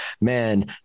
Man